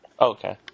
Okay